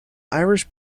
irish